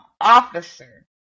officer